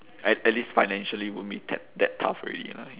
at at least financially won't be that that tough already lah